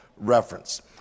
reference